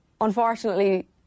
unfortunately